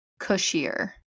cushier